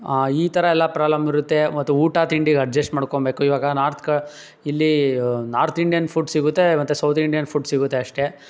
ಈ ಥರ ಎಲ್ಲ ಪ್ರಾಲಮ್ ಇರುತ್ತೆ ಮತ್ತು ಊಟ ತಿಂಡಿಗೆ ಅಡ್ಜೆಸ್ಟ್ ಮಾಡ್ಕೋಬೇಕು ಇವಾಗ ನಾರ್ತ್ಕ ಇಲ್ಲಿ ನಾರ್ತ್ ಇಂಡ್ಯನ್ ಫುಡ್ ಸಿಗುತ್ತೆ ಮತ್ತು ಸೌತ್ ಇಂಡಿಯನ್ ಫುಡ್ ಸಿಗುತ್ತೆ ಅಷ್ಟೆ